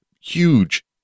Huge